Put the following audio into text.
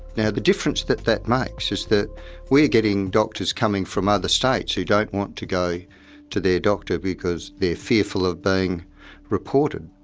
now, the difference that that makes is that we are getting doctors coming from other states who don't want to go to their doctor because they're fearful of being reported.